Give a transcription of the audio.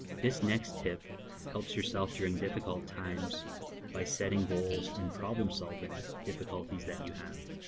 this next tip helps yourself during difficult times by setting goals and problem-solving difficulties that you have.